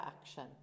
action